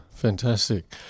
Fantastic